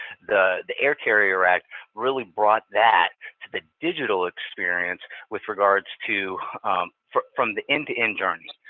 the the air carrier act really brought that to the digital experience with regards to from from the end-to-end journey.